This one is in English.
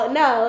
no